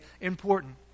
important